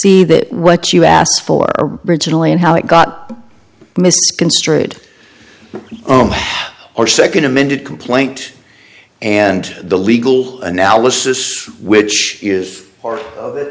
the that what you asked for originally and how it got misconstrued or second amended complaint and the legal analysis which is part of it